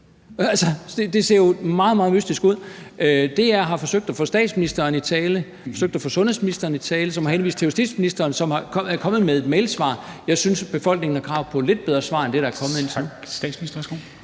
det ser jo meget, meget mystisk ud. DR har forsøgt at få statsministeren i tale, og de har forsøgt at få sundhedsministeren i tale, som har henvendt til justitsministeren, som er kommet med et mailsvar. Jeg synes, at befolkningen har krav på et lidt bedre svar end det, der er kommet indtil